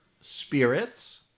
spirits